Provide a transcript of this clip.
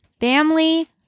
family